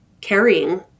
carrying